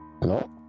Hello